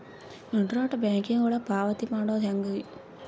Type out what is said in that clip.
Internet banking ಒಳಗ ಪಾವತಿ ಮಾಡೋದು ಹೆಂಗ್ರಿ?